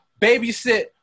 babysit